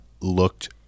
looked